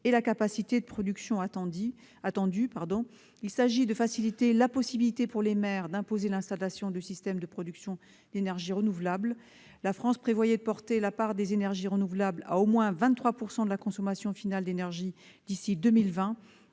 et la capacité de production attendue. Il s'agit de faciliter la possibilité pour les maires d'imposer l'installation du système de production d'énergie renouvelable. La France prévoyait de porter la part des énergies renouvelables à au moins 23 % de la consommation finale d'énergie d'ici à 2020.